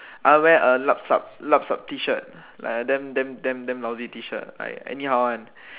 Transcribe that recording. I wear a lup-sup lup-sup T-shirt like a damn damn damn damn lousy T-shirt like anyhow one